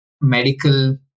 medical